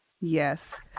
Yes